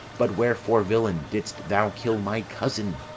but wherefore, villain, didst thou kill my cousin?